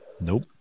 Nope